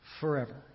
forever